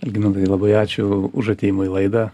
algimantai labai ačiū už atėjimą į laidą